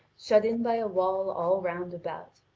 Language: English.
shut in by a wall all round about.